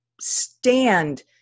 stand